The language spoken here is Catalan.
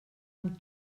amb